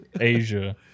Asia